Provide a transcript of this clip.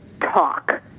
talk